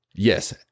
Yes